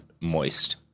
moist